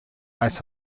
ice